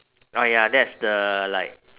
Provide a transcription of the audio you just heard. ah ya that's the like